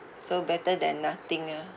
so better than nothing ah